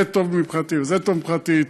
זה טוב מבחינתי וזה טוב מבחינתי,